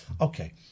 Okay